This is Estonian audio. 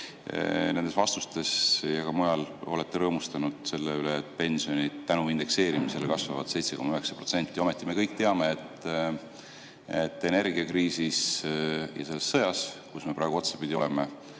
Nendes vastustes ja ka mujal olete rõõmustanud selle üle, et pensionid tänu indekseerimisele kasvavad 7,9%. Ometi me kõik teame, et energiakriisis ja selles sõjas, kus me praegu otsapidi oleme,